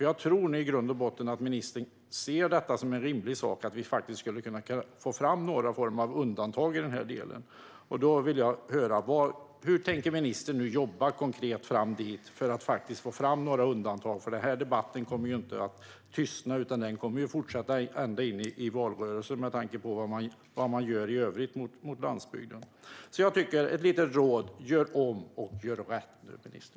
Jag tror i grund och botten att ministern ser det som rimligt att vi skulle kunna få fram någon form av undantag i denna del. Då vill jag höra: Hur tänker ministern jobba konkret för att faktiskt få fram några undantag? Denna debatt kommer ju inte att tystna, utan den kommer att fortsätta ända in i valrörelsen, med tanke på vad man gör i övrigt mot landsbygden. Jag har ett litet råd: Gör om och gör rätt, ministern!